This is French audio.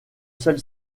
seule